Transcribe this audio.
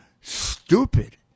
stupid